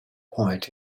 point